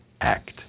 Act